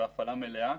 בהפעלה מלאה.